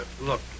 Look